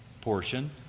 portion